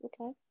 Okay